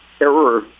error